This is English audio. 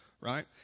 right